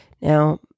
Now